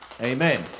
Amen